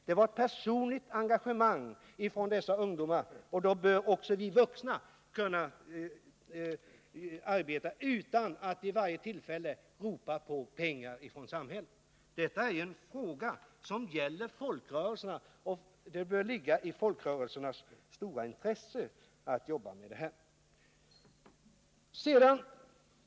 Det var ett personligt engagemang från dessa ungdomar, och då bör också vi vuxna kunna arbeta utan att vid varje tillfälle ropa på pengar från samhället. Detta är en fråga som gäller folkrörelserna, och det bör ligga i folkrörelsernas stora intresse att jobba med dessa saker.